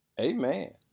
Amen